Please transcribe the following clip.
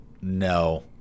no